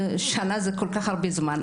שנה זה כל כך הרבה זמן,